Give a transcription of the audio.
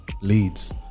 leads